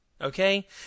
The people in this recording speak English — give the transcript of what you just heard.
Okay